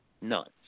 none